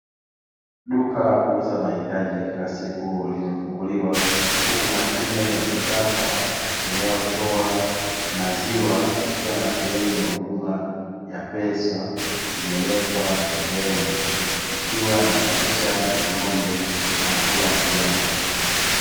Duka la kuuza mahitaji ya kila siku limefunguliwa, huku mashine ya kisasa inayotoa maziwa ikiwa na sehemu ya huduma ya pesa, imewekwa pembeni ikiwa na picha ya ng'ombe anakula majani.